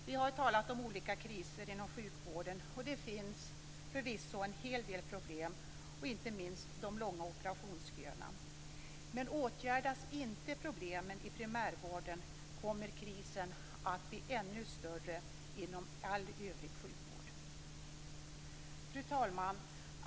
Vi har talat om olika kriser inom sjukvården, och det finns förvisso en hel del problem. Det gäller inte minst de långa operationsköerna. Men åtgärdas inte problemen i primärvården kommer krisen att bli ännu större inom all övrig sjukvård. Fru talman!